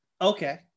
okay